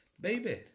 baby